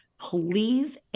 Please